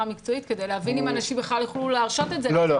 המקצועית כדי להבין אם אנשים בכלל יוכלו להרשות את זה לעצמם.